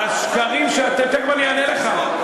תכף אני אענה לך,